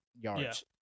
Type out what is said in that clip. yards